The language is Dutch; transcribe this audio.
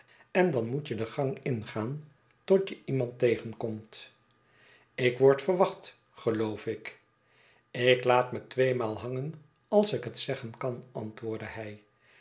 en dan moet je den gang ingaan tot je iemand tegenkomt ik word verwacht geloof ik ik laat me tweemaal hangen als ik het zeggen kan antwoordde hij